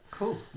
Cool